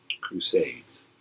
Crusades